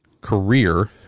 career